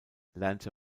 lernte